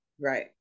right